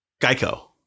Geico